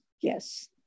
yes